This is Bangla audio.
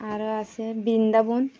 আরও আছে বৃন্দাবন